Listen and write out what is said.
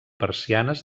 persianes